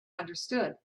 understood